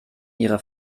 ihre